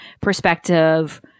perspective